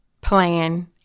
plan